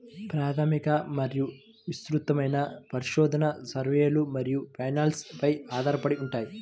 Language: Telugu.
ప్రాథమిక మరియు విస్తృతమైన పరిశోధన, సర్వేలు మరియు ఫైనాన్స్ పై ఆధారపడి ఉంటాయి